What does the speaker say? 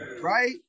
right